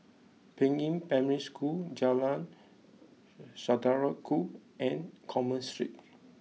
Peiying Primary School Jalan Saudara Ku and Commerce Street